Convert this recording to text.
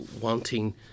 wanting